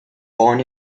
born